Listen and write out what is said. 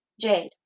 Jade